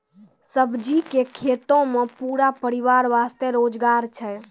सब्जी के खेतों मॅ पूरा परिवार वास्तॅ रोजगार छै